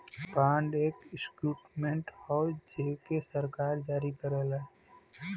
bond एक instrument हौ जेके सरकार जारी करला